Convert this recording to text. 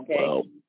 okay